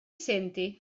senti